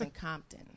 Compton